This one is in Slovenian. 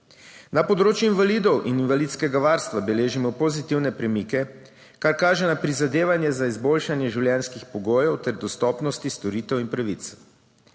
Na področju invalidov in invalidskega varstva beležimo pozitivne premike, kar kaže na prizadevanje za izboljšanje življenjskih pogojev ter dostopnosti storitev in pravic.